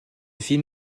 film